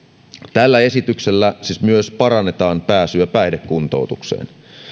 tällä esityksellä siis myös parannetaan pääsyä päihdekuntoutukseen